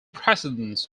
presidents